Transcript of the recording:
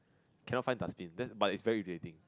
cannot find dustbin that's but its very irritating